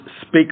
speak